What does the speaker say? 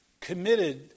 committed